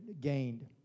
gained